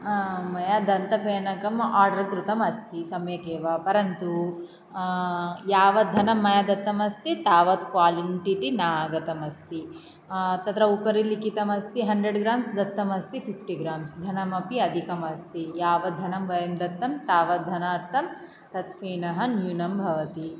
मया दन्तफेनकम् आर्डर् कृतमस्ति सम्यकेव परन्तु यावत् धनं मया दत्तम् अस्ति तावत् क्वान्टिटि न आगतम् अस्ति तत्र उपरि लिखितम् अस्ति हण्ड्रेड् ग्राम्स् दत्तम् अस्ति फिफ्टि ग्राम्स् धनमपि अधिकमस्ति यावत् धनं वयं दत्तं तावत् धनार्थं तद् फेनः न्यूनं भवति